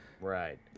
right